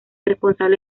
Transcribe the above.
responsable